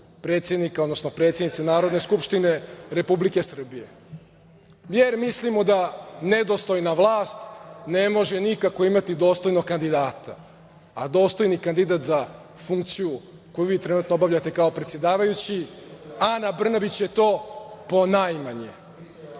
predsednika, odnosno predsednice Narodne skupštine Republike Srbije, jer mislimo da nedostojna vlast ne može nikako imati dostojnog kandidata, a dostojni kandidat za funkciju koju vi trenutno obavljate kao predsedavajući, Ana Brnabić je to ponajmanje.I